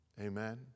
Amen